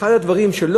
באחד הדברים ש,